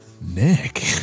Nick